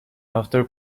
after